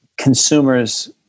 consumers